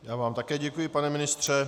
Já vám také děkuji, pane ministře.